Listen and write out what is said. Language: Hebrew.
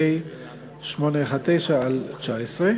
פ/819/19.